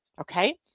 okay